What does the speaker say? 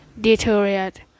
deteriorate